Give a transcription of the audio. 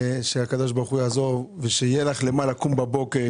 שהקדוש ברוך הוא יעזור ושיהיה לך למה לקום בבוקר,